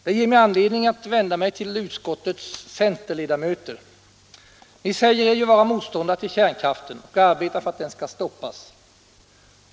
Det ger mig anledning att vända mig till utskottets centerledamöter. Ni säger er ju vara motståndare till kärnkraften och vilja arbeta för att den skall stoppas.